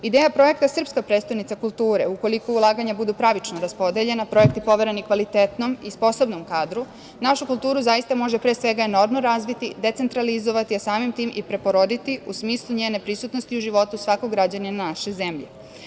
Ideja projekta „Srpska prestonica kulture“, ukoliko ulaganja budu pravično raspodeljena, projekti povereni kvalitetnom i sposobnom kadru, našu kulturu zaista može pre svega enormno razviti, decentralizovati, a samim tim i preporoditi, u smislu njene prisutnosti u životu svakog građanina naše zemlje.